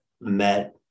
met